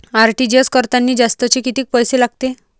RTGS करतांनी जास्तचे कितीक पैसे लागते?